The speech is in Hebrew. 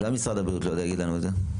למה משרד הבריאות לא יודע להגיד לנו את זה?